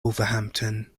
wolverhampton